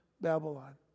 Babylon